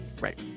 Right